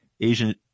Asian